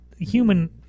human